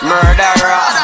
Murderer